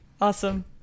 Awesome